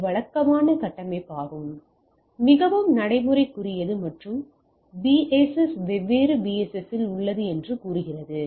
இது வழக்கமான கட்டமைப்பாகும்மிகவும் நடைமுறைக்குரியது மற்றும் பிஎஸ்எஸ் வெவ்வேறு பிஎஸ்எஸ் உள்ளது என்று கூறுகிறது